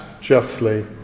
justly